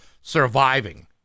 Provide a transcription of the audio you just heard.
surviving